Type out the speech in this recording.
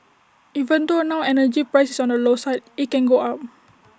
even though now energy price is on the low side IT can go up